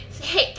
Hey